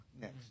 next